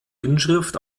inschrift